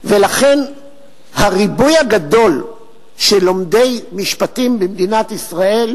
ולכן הריבוי הגדול של לומדי משפטים במדינת ישראל,